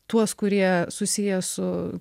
tuos kurie susiję su